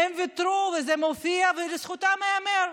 הם ויתרו, וזה מופיע, ולזכותם ייאמר.